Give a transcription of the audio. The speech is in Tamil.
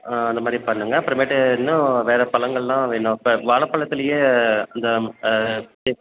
ஆ அந்தமாதிரி பண்ணுங்கள் அப்புறமேட்டு இன்னும் வேறு பழங்கள் எல்லாம் வேணும் இப்போ வாழைப்பழத்துலியே அந்த ஆ